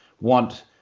Want